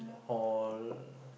all